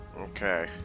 Okay